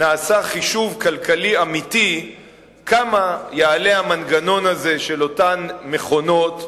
נעשה חישוב כלכלי אמיתי כמה יעלה המנגנון הזה של אותן מכונות,